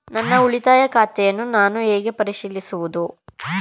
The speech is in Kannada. ನನ್ನ ಉಳಿತಾಯ ಖಾತೆಯನ್ನು ನಾನು ಹೇಗೆ ಪರಿಶೀಲಿಸುವುದು?